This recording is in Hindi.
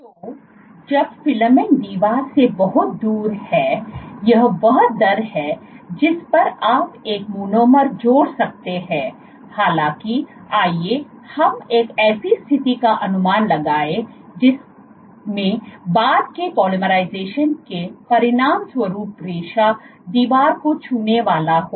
तो जब फिलामेंट दीवार से बहुत दूर है यह वह दर है जिस पर आप एक मोनोमर जोड़ सकते हैं हालाँकि आइए हम एक ऐसी स्थिति का अनुमान लगाएं जिसमें बाद के पोलीमराइजेशन के परिणामस्वरूप रेशा दीवार को छूने वाला हो